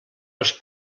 els